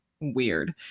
weird